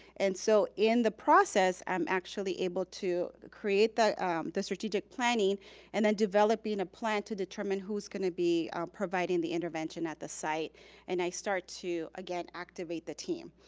and so, in the process, i'm actually able to create the the strategic planning and then developing a plan to determine who's gonna be providing the intervention at the site and i start to, again, activate the team.